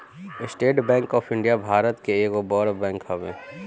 estate Bank of India Bharat के एगो बड़ बैंक हवे